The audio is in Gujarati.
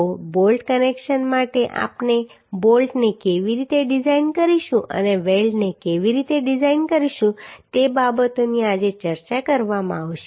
તો બોલ્ટ કનેક્શન માટે આપણે બોલ્ટને કેવી રીતે ડિઝાઇન કરીશું અને વેલ્ડને કેવી રીતે ડિઝાઇન કરીશું તે બાબતોની આજે ચર્ચા કરવામાં આવશે